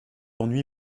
ennui